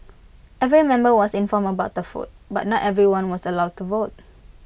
every member was informed about the foot but not everyone was allowed to vote